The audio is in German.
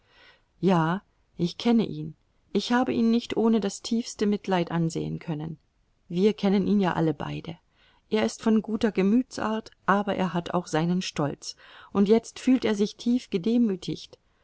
ja ich kenne ihn ich habe ihn nicht ohne das tiefste mitleid ansehen können wir kennen ihn ja alle beide er ist von guter gemütsart aber er hat auch seinen stolz und jetzt fühlt er sich tief gedemütigt